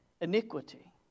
iniquity